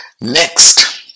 Next